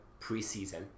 preseason